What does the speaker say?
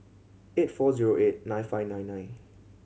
eight four zero eight nine five nine nine